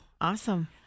Awesome